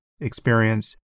experience